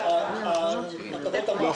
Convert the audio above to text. הישיבה ננעלה בשעה 15:30.